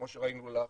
כמו שראינו לאחרונה,